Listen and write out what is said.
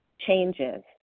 changes